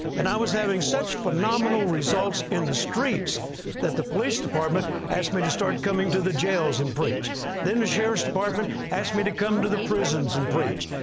and i was having such phenomenal results in the streets that the police department asked me to start coming to the jails and preach. then the sheriff's department asked me to come to the prisons and preach.